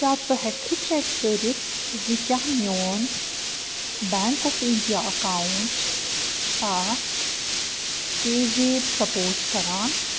کیٛاہ ژٕ ہیٚکٕکھٕ چیک کٔرِتھ زِ کیٛاہ میٛون بیٚنٛک آف اِنٛڈیا اکاوُنٛٹ چھا پے زیپ سپورٹ کران